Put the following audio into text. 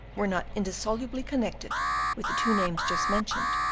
were not indissolubly connected with the two names just mentioned,